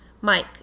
Mike